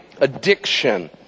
addiction